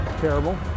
terrible